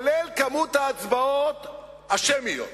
כולל כמות ההצבעות השמיות,